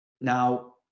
Now